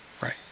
right